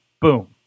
Boom